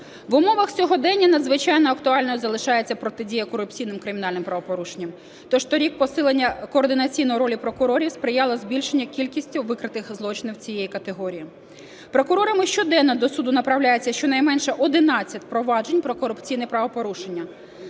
В умовах сьогодення надзвичайно актуальною залишається протидія корупційним кримінальним правопорушенням, то ж торік посилення координаційної ролі прокурорів сприяла збільшенню кількістю викритих злочинів цієї категорії. Прокурорами щоденно до суду направляється щонайменше 11 проваджень про корупційні правопорушення,